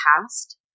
past